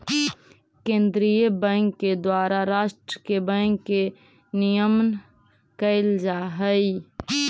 केंद्रीय बैंक के द्वारा राष्ट्र के बैंक के नियमन कैल जा हइ